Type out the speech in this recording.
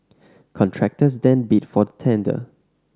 contractors then bid for the tender